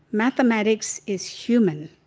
mathematics is human.